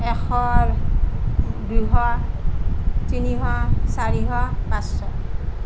এশ দুশ তিনিশ চাৰিশ পাঁচশ